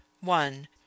One